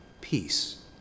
Peace